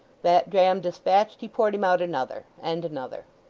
that dram despatched, he poured him out another, and another.